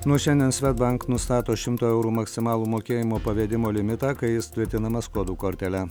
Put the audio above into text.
nuo šiandien svedbank nustato šimto eurų maksimalų mokėjimo pavedimo limitą kai jis tvirtinamas kodų kortele